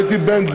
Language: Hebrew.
עו"ד אתי בנדלר,